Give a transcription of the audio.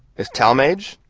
is talmage?